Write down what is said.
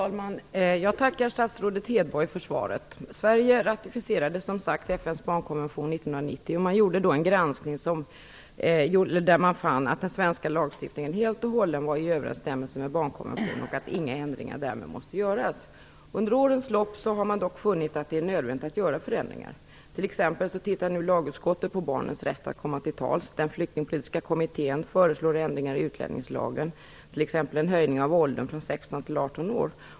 Herr talman! Jag tackar statsrådet Hedborg för svaret. Sverige ratificerade FN:s barnkonvention 1990. En granskning gjordes där man fann att den svenska lagstiftningen helt och hållet var i överensstämmelse med barnkonventionen och att inga ändringar därmed måste göras. Under årens lopp har man dock funnit att det är nödvändigt att göra förändringar. Exempelvis ser lagutskottet nu över barnens rätt att komma till tals och den flyktingpolitiska kommittén föreslår ändringar i utlänningslagen, bl.a. en höjning av åldersgränsen från 16 till 18 år.